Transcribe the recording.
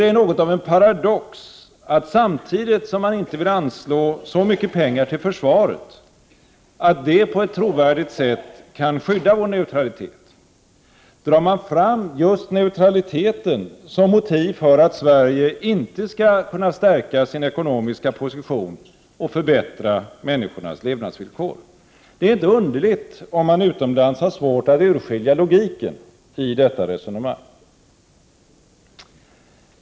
Det är något av en paradox, att samtidigt som man inte vill anslå så mycket pengar till försvaret att det på ett trovärdigt sätt kan skydda vår neutralitet, drar man fram just neutraliteten som motiv för att Sverige inte skall kunna stärka sin ekonomiska position och förbättra människornas levnadsvillkor. Det är inte underligt om man utomlands har svårt att urskilja logiken i detta resonemang.